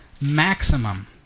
maximum